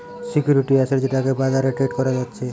security asset যেটাকে বাজারে trade করা যাচ্ছে